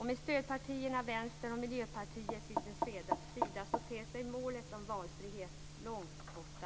Med stödpartierna Vänstern och Miljöpartiet vid Socialdemokraternas sida ter sig målet om valfrihet långt borta.